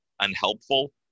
unhelpful